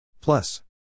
Plus